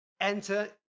enter